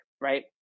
right